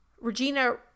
Regina